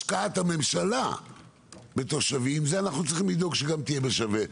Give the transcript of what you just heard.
השקעת הממשלה בתושבים אנחנו צריכים גם לדאוג שתהיה שווה.